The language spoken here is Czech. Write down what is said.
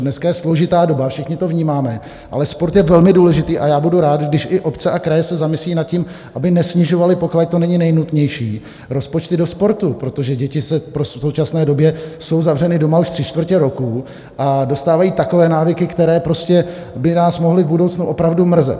Dneska je složitá doba, všichni to vnímáme, ale sport je velmi důležitý a já budu rád, když i obce a kraje se zamyslí nad tím, aby nesnižovaly, pokud to není nejnutnější, rozpočty do sportu, protože děti v současné době jsou zavřeny doma už tři čtvrtě roku a dostávají takové návyky, které prostě by nás mohly v budoucnu opravdu mrzet.